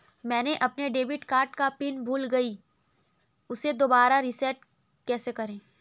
मैंने अपने debit card का पिन भूल गई, उसे दोबारा रीसेट कैसे करूँ?